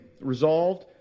resolved